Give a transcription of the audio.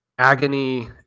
agony